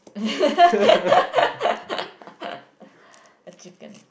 a chicken